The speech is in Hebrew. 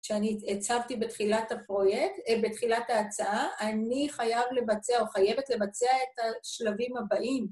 כשאני הצבתי בתחילת הפרויקט, בתחילת ההצעה, אני חייב לבצע או חייבת לבצע את השלבים הבאים.